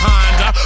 Honda